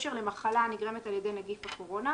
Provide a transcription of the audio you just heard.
בקשר למחלה הנגרמת על ידי נגיף הקורונה,